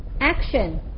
action